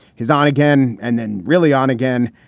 his on again and then really on again.